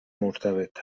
مرتبط